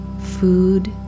food